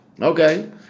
Okay